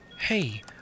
Hey